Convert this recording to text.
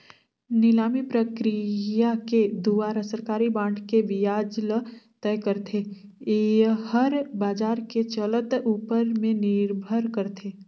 निलामी प्रकिया के दुवारा सरकारी बांड के बियाज ल तय करथे, येहर बाजार के चलत ऊपर में निरभर करथे